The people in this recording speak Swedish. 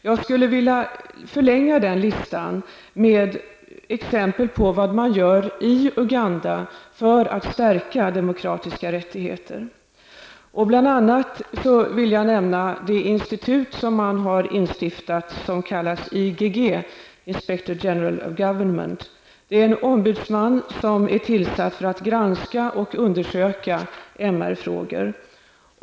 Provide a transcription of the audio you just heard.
Jag vill förlänga den listan med exempel på vad man gör i Uganda för att stärka demokratiska rättigheter. Man har bl.a. inrättat ett institut som kallas IGG, Inspector General of Government. Det är en ombudsman som är tillsatt för att granska och undersöka MR-frågor.